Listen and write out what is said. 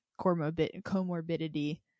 comorbidity